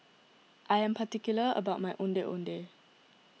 I am particular about my Ondeh Ondeh